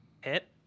hit